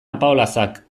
apaolazak